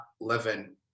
living